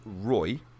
Roy